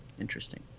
interesting